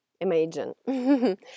imagine